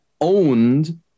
owned